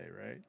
right